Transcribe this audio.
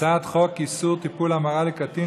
הצעת חוק איסור טיפול המרה לקטין,